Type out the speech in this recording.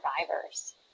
survivors